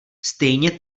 stejně